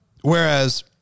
Whereas